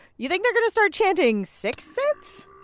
you think they're going to start chanting six cents?